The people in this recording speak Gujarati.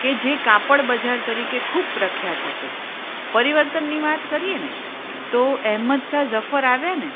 કે જે કાપડ બજાર તરીકે ખૂબ પ્રખ્યાત હતું પરિવર્તનની વાત કરીએ ને તો અહેમદશાહ ઝફર આવ્યા ને